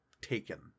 taken